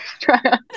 try